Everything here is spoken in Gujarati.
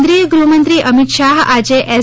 કેન્દ્રિય ગૃહમંત્રી અમિત શાહ આજે એસ